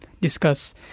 discuss